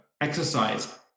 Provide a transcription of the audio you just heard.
Exercise